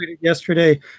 yesterday